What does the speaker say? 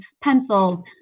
pencils